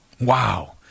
Wow